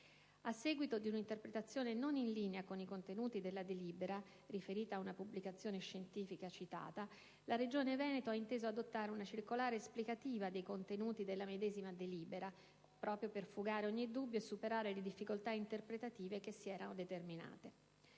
A seguito di una interpretazione non in linea con i contenuti della delibera, riferita ad una pubblicazione scientifica citata, la Regione Veneto ha inteso adottare una circolare esplicativa dei contenuti della medesima delibera, proprio per fugare ogni dubbio e superare le difficoltà interpretative che si erano determinate.